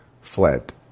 fled